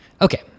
Okay